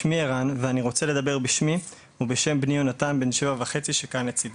שמי ערן ואני רוצה לדבר בשמי ובשם בני יונתן בן 7.5 שכאן לצידי.